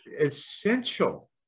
essential